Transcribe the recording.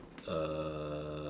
uh